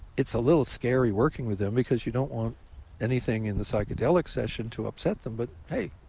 it's a little scary working with them because you don't want anything in the psychedelic session to upset them, but, hey.